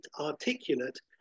articulate